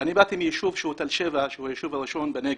אני באתי מתל שבע, יישוב שהוא היישוב הראשון בנגב.